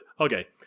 Okay